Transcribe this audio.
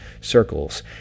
circles